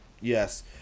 Yes